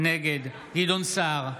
נגד גדעון סער,